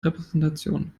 repräsentation